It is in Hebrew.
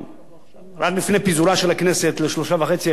רק לפני פיזורה של הכנסת, ל-3.5% בשנה הבאה.